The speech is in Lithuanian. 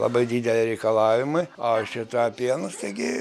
labai dideli reikalavimai o šitą pienas taigi